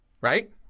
right